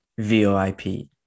VoIP